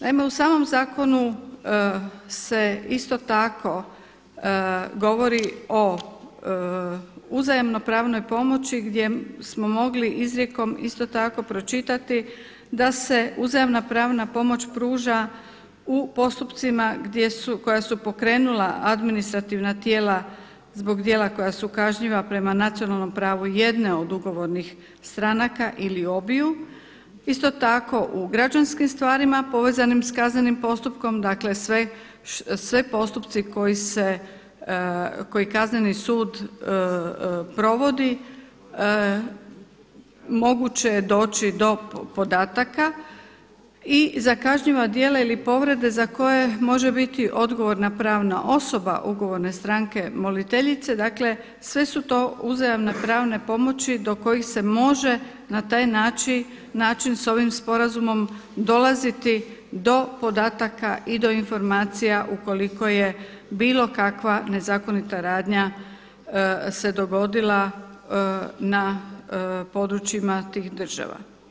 Naime, u samom zakonu se isto tako govori o uzajamnoj pravnoj pomoći gdje smo mogli izrijekom isto tako pročitati da se uzajamna prava pomoć pruža u postupcima koja su pokrenula administrativna tijela zbog djela koja su kažnjiva prema nacionalnom pravu jedne od ugovornih stranaka ili obiju, isto tako u građanskim stvarima povezanim s kaznenim postupkom, dakle sve postupci koji Kazneni sud provodi moguće je doći do podataka i za kažnjiva djela ili povrede za koje može biti odgovorna pravna osoba ugovorne stranke moliteljice, dakle sve su to uzajamne pravne pomoći do kojih se može na taj način s ovim sporazumom dolaziti do podataka i do informacija ukoliko je bilo kakva nezakonita radnja se dogodila na područjima tih država.